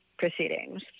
proceedings